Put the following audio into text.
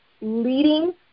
leading